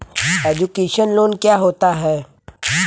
Education loan क्या होता है?